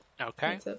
Okay